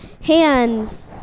hands